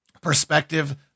perspective